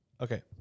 okay